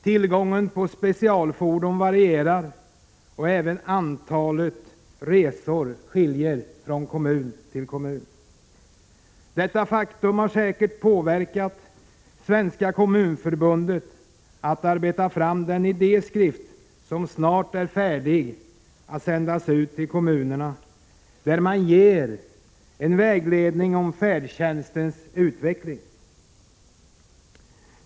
Tillgången på specialfordon varierar och även antalet resor skiljer sig från kommun till kommun. Detta faktum har säkert påverkat Svenska kommunförbundet att ta fram den idéskrift som snart är färdig att sändas ut till kommunerna. Där ger man en vägledning om färdtjänstens utveckling.